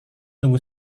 tunggu